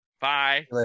bye